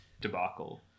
debacle